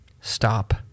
stop